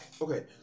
okay